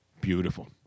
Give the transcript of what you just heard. Beautiful